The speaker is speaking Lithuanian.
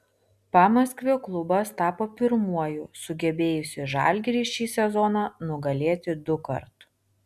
pamaskvio klubas tapo pirmuoju sugebėjusiu žalgirį šį sezoną nugalėti dukart